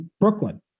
Brooklyn